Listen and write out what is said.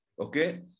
okay